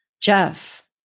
jeff